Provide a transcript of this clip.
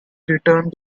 return